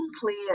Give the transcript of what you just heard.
clear